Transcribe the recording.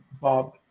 Bob